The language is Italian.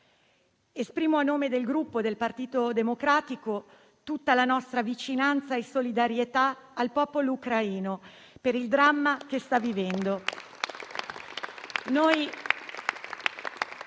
Esprimo, a nome del Gruppo Partito Democratico, tutta la nostra vicinanza e solidarietà al popolo ucraino per il dramma che sta vivendo.